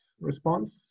response